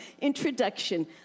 Introduction